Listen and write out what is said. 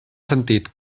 sentit